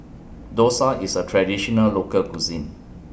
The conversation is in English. Dosa IS A Traditional Local Cuisine